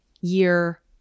year